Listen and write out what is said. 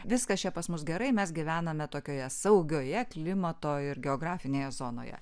viskas čia pas mus gerai mes gyvename tokioje saugioje klimato ir geografinėje zonoje